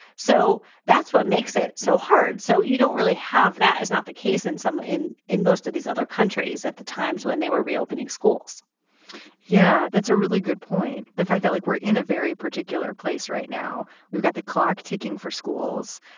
so that's what makes it so hard. so you don't really have that is not the case in some in in most of these other countries at the times when they were reopening schools yeah, that's a really good point. the fact that, like, we're in a very particular place right now, we've got the clock ticking for schools,